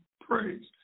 praised